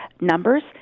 numbers